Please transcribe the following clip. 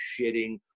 shitting